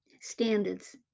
standards